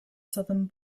southern